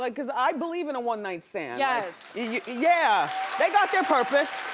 like cause i believe in a one night stand. yeah yeah they got their purpose.